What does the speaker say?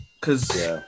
cause